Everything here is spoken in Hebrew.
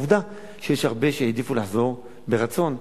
עובדה שיש הרבה שהעדיפו לחזור מרצון,